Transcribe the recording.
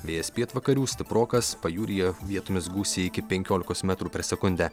vėjas pietvakarių stiprokas pajūryje vietomis gūsiai iki penkiolikos metrų per sekundę